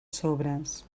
sobres